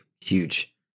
huge